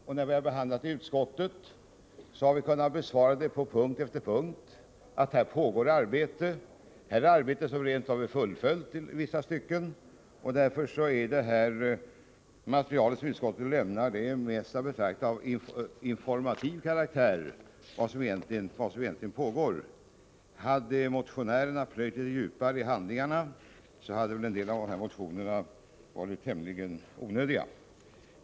Vi har vid behandlingen i utskottet, på punkt efter punkt, kunnat besvara dem med att det pågår arbete eller att ett arbete i vissa stycken rent av är fullföljt. Därför är det material som utskottet nu lämnar av informativ karaktär. Vi redovisar vad som egentligen pågår. Om motionärerna hade plöjt litet djupare i handlingarna, hade de säkerligen upptäckt att en del av motionerna är tämligen onödiga.